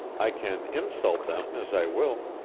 i can insult them as i will,